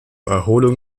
erholung